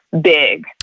big